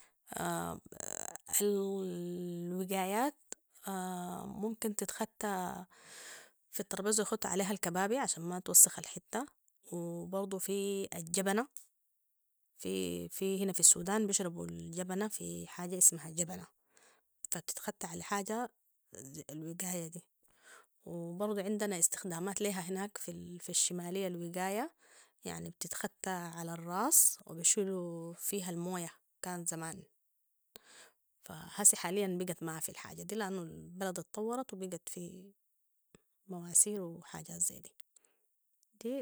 الوقايات ممكن تخت في الطربيزه ويختوا عليها الكبابي عشان ما توسخ الحتة وبرضو في الجبنة في في هنا في السودان بيشربو الجبنه في حاجه اسمها جبنه فبتتخت علي حاجه- الوقايه دي وبرضو عندنا استخدامات ليها هناك في الشماليه الوقايه يعني بتتخت علي الراس وبيشيلو فيها المويه كان زمان فهسي حاليا بقت مافي الحاجه دي لانو البلد اتطورت وبقت في مواسير وحاجات ذي دي